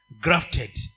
grafted